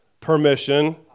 permission